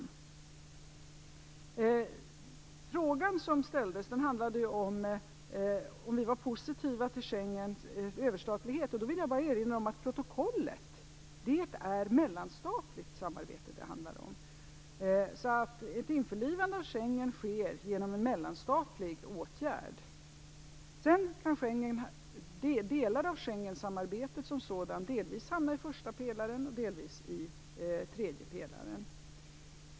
Den fråga som ställdes handlade om ifall vi är positiva till Schengensamarbetets överstatlighet. Jag vill erinra om protokollet och att det handlar om mellanstatligt samarbete. Ett införlivande av Schengenavtalet sker genom en mellanstatlig åtgärd. Schengensamarbetet som sådant kan delvis hamna i första pelaren, delvis i tredje pelaren.